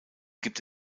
gibt